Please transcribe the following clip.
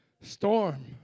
Storm